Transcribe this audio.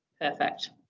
Perfect